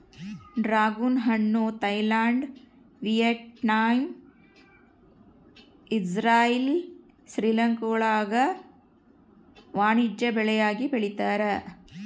dragon ಹಣ್ಣು Thailand Vietnam Israel ಶ್ರೀಲಂಕಾಗುಳಾಗ ವಾಣಿಜ್ಯ ಬೆಳೆಯಾಗಿ ಬೆಳೀತಾರ